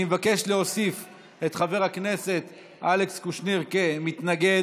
אני מבקש להוסיף את חבר הכנסת אלכס קושניר כמתנגד,